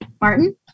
Martin